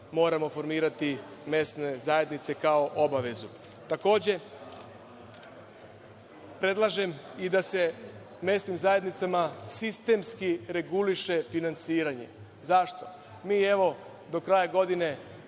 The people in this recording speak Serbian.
moramo formirati mesne zajednice kao obavezu. Takođe, predlažem i da se mesnim zajednicama sistemski reguliše finansiranje. Zašto? Mi do kraja godine,